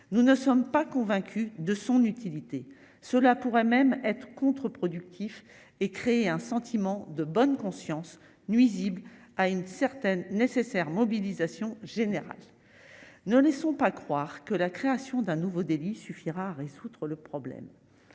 nous ne sommes pas convaincus de son utilité, cela pourrait même être contreproductif et créer un sentiment de bonne conscience nuisibles à une certaine nécessaire mobilisation générale, ne laissons pas croire que la création d'un nouveau délit suffira à résoudre le problème,